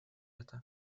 это